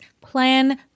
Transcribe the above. plan